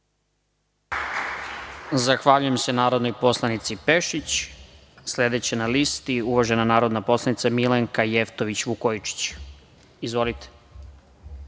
Zahvaljujem se narodnoj poslanici Pešić. Sledeća na listi, uvažena narodna poslanica Milanka Jevtović Vukojičić. Izvolite.